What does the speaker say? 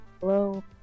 Hello